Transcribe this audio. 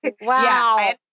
Wow